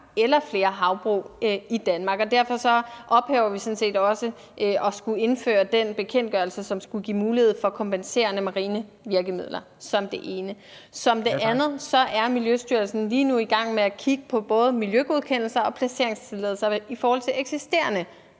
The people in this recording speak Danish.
eller flere havbrug i Danmark, og derfor undlader vi sådan set også at skulle indføre den bekendtgørelse, som skulle give mulighed for kompenserende marine virkemidler. (Den fungerende formand (Bent Bøgsted): Ja tak!) For det andet er Miljøstyrelsen lige nu i gang med at kigge på både miljøgodkendelser og placeringstilladelser i forhold til eksisterende